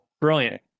Brilliant